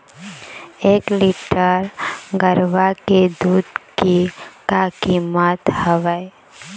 एक लीटर गरवा के दूध के का कीमत हवए?